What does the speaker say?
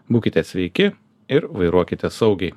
būkite sveiki ir vairuokite saugiai